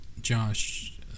Josh